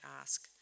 ask